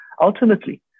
Ultimately